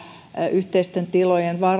yhteisten tilojen